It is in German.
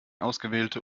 ausgewählte